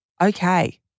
okay